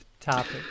topic